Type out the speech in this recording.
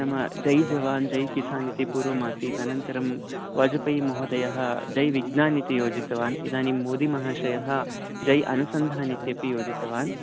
नाम जै जवान् जै किसान् इति पूर्वम् आसीत् अनन्तरं वाजपेयीमहोदयः जै विज्ञान् इति योजितवान् इदानीं मोदीमहाशयः जै अनुसन्धान् इत्यपि योजितवान्